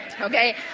Okay